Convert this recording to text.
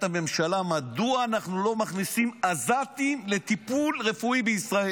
הממשלה מדוע אנחנו לא מכניסים עזתים לטיפול רפואי בישראל.